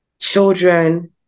children